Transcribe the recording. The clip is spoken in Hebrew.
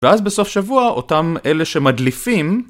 ואז בסוף שבוע אותם אלה שמדליפים.